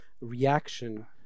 reaction